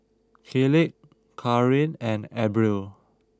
Kayleigh Cathryn and Abril